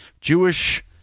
Jewish